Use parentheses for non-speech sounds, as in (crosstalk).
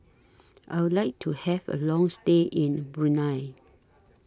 (noise) I Would like to Have A Long stay in Brunei